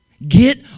Get